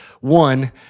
one